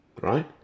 right